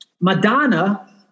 Madonna